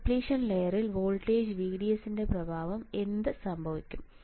ഈ ഡിപ്ലിഷൻ ലെയറിൽ വോൾട്ടേജ് VDSന്റെ പ്രഭാവം എന്ത് സംഭവിക്കും